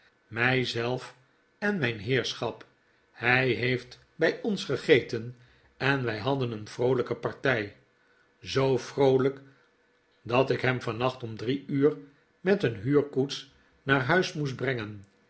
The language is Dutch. zelf en mijn heerschap hij heeft bij ons gegeten en wij hadden een vroolijke partij zoo vroolijk dat ik hem vannacht om drie uur met een huurkoets naar huis moest brengen